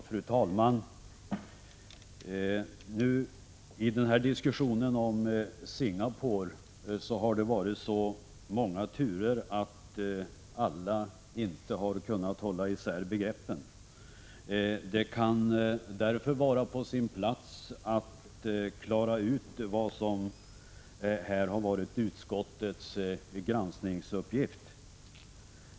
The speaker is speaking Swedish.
Fru talman! I den här diskussionen om Singapore har det varit så många turer att inte alla har kunnat hålla isär begreppen. Det kan därför vara på sin plats att klara ut vad som här har varit utskottets granskningsuppgift.